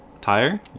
tire